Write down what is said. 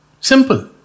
Simple